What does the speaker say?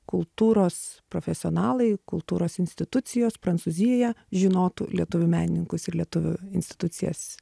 kultūros profesionalai kultūros institucijos prancūzijoje žinotų lietuvių menininkus ir lietuvių institucijas